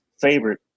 favorite